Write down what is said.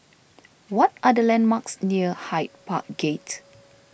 what are the landmarks near Hyde Park Gate